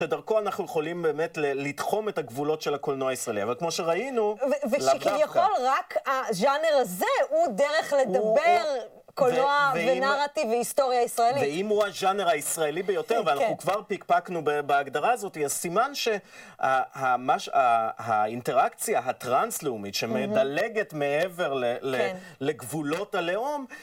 ודרכו אנחנו יכולים באמת לתחום את הגבולות של הקולנוע הישראלי. אבל כמו שראינו... ושכביכול, רק הג'אנר הזה הוא דרך לדבר קולנוע ונרטיב והיסטוריה ישראלית. ואם הוא הג'אנר הישראלי ביותר, ואנחנו כבר פיקפקנו בהגדרה הזאת, יש סימן שהאינטראקציה הטרנס-לאומית שמדלגת מעבר לגבולות הלאום,